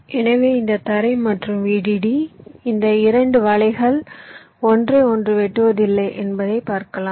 எனவே இந்த தரை மற்றும் VDD இந்த 2 வலைகள் ஒன்றை ஒன்று வெட்டுவதில்லை என்பதை பார்க்கலாம்